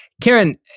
Karen